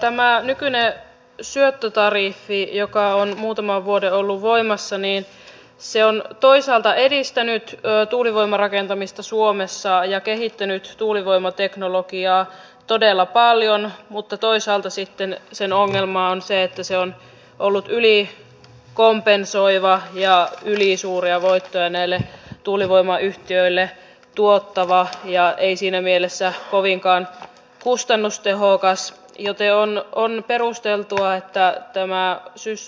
tämä nykyinen syöttötariffi joka on muutaman vuoden ollut voimassa on toisaalta edistänyt tuulivoimarakentamista suomessa ja kehittänyt tuulivoimateknologiaa todella paljon mutta toisaalta sitten sen ongelma on se että se on ollut ylikompensoiva ja ylisuuria voittoja näille tuulivoimayhtiöille tuottava eikä siinä mielessä kovinkaan kustannustehokas joten on perusteltua että tämä